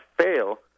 fail